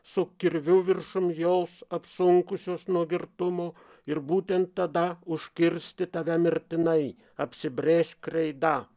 su kirviu viršum jaus apsunkusios nuo girtumo ir būtent tada užkirsti tave mirtinai apsibrėžk reidą